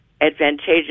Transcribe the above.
advantageous